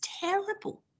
terrible